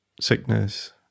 sickness